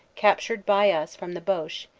captured by us from the boche,